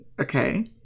Okay